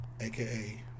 aka